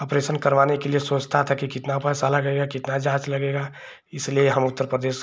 operation करवाने के लिए सोचता था कि कितना पैसा लगेगा कितनी जाँच लगेगी इसलिए हम उत्तर प्रदेश